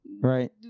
Right